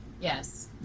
Yes